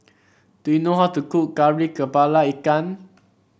do you know how to cook Kari kepala Ikan